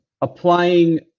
applying